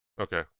Okay